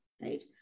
right